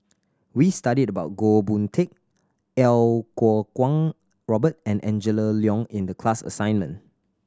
we studied about Goh Boon Teck Iau Kuo Kwong Robert and Angela Liong in the class assignment